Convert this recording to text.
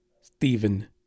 Stephen